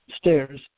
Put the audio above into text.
stairs